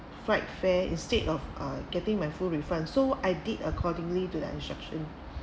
flight fare instead of uh getting my full refund so I did accordingly to the instruction